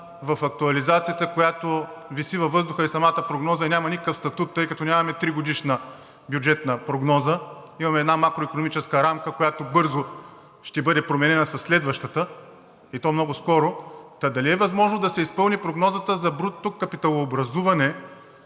в актуализацията, която виси във въздуха и няма никакъв статут, тъй като нямаме тригодишна бюджетна прогноза? Имаме една макроикономическа рамка, която бързо ще бъде променена със следващата, и то много скоро. Дали е възможно да се изпълни прогнозата за брутното капиталообразуване